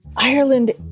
Ireland